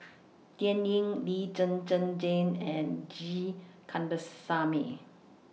Dan Ying Lee Zhen Zhen Jane and G Kandasamy